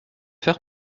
faire